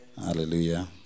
Hallelujah